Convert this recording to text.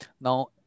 now